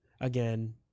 again